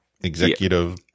executive